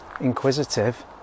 Inquisitive